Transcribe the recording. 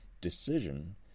decision –